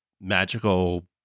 magical